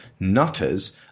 nutters